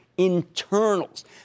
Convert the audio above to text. internals